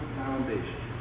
foundation